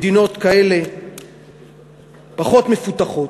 מדינות כאלה פחות מפותחות.